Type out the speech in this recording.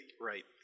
right